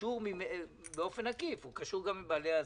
וקשור באופן עקיף גם עם בעלי העסקים.